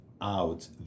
out